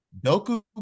Doku